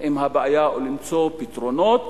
עם הבעיה או מלמצוא פתרונות